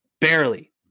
barely